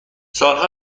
سالها